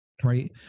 right